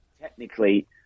technically